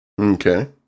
Okay